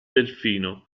delfino